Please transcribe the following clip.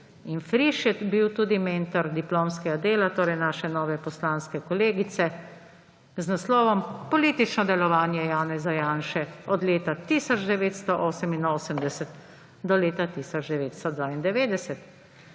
In Friš je bil tudi mentor diplomskega dela naše nove poslanske kolegice z naslovom Politično delovanje Janeza Janše od leta 1988 do leta 1992.